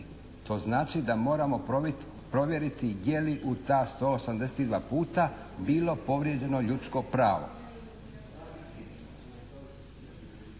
To znači da moramo provjeriti je li u ta 182 puta bilo povrijeđeno ljudsko pravo.